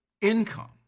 income